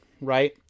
right